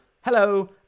hello